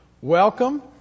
welcome